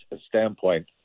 standpoint